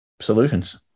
solutions